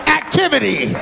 activity